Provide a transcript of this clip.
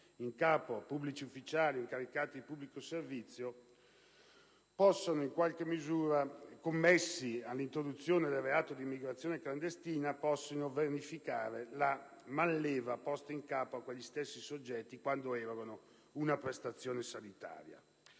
in capo a pubblici ufficiali o incaricati di pubblico servizio, connessi all'introduzione del reato di immigrazione clandestina, possano vanificare la manleva posta in capo a quegli stessi soggetti quando erogano una prestazione sanitaria.